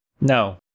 No